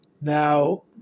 Now